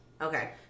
Okay